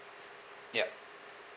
yup